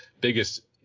biggest